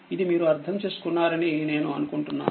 ఇది మీరు అర్థం చేసుకున్నారని నేను అనుకుంటున్నాను